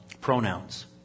pronouns